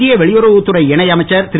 மத்திய வெளியுறவுத் துறை இணை அமைச்சர் திரு